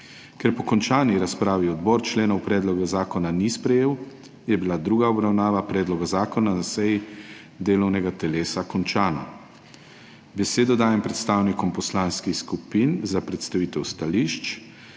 Ker po končani razpravi odbor členov predloga ni sprejel, je bila druga obravnava predloga zakona na seji delovnega telesa končana. Besedo dajem predstavnikom poslanskih skupin za predstavitev stališč.